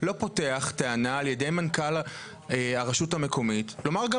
לא פותח טענה על ידי מנכ"ל הרשות המקומית לומר: גם